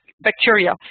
bacteria